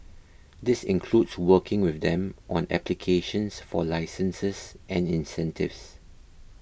this includes working with them on applications for licenses and incentives